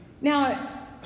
Now